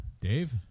Dave